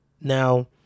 Now